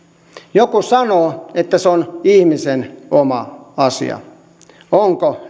joku sanoo että se on ihmisen oma asia onko